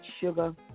sugar